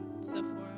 Sephora